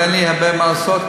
אבל אין לי הרבה מה לעשות,